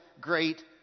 great